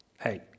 Hey